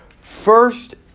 first